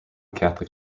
catholic